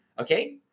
Okay